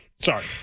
Sorry